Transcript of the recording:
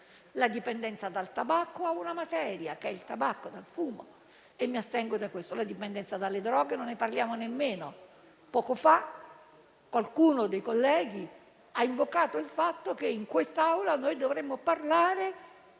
la dipendenza dal tabacco ha una materia, il tabacco da fumo (mi astengo dal fumo); della dipendenza dalle droghe non ne parliamo nemmeno. Poco fa qualcuno dei colleghi ha invocato il fatto che in quest'Aula noi dovremmo parlare